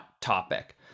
topic